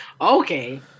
Okay